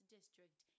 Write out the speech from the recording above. District